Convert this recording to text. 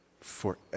forever